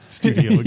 studio